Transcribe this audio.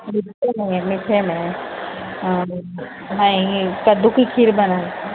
میٹھے میں نہیں کدو کی کھیر بنائی